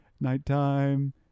Nighttime